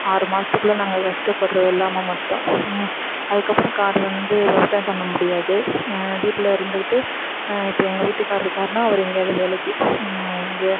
ஆறு மாதத்துக்குள்ள நாங்கள் கஷ்டப்பட்ற வெள்ளாமை மட்டும் அதுக்கப்புறம் காடு வந்து விவசாயம் பண்ண முடியாது வீட்டில் இருந்துக்கிட்டு இப்போ எங்கள் வீட்டுக்காரர் இருக்காருன்னால் அவர் எங்கேயாவது வேலைக்கி அங்கே